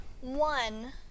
one